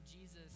Jesus